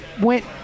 went